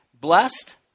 Blessed